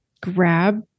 grab